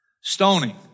Stoning